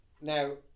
Now